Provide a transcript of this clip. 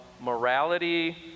morality